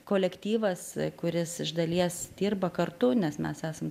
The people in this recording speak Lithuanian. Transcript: kolektyvas kuris iš dalies dirba kartu nes mes esam